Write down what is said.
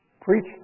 Preach